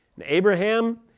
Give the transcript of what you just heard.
Abraham